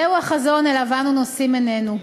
זהו החזון שאליו אנו נושאים עינינו: